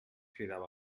cridava